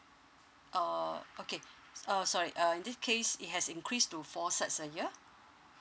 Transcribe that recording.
uh okay uh sorry uh in this case it has increased to four sets a year